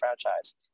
franchise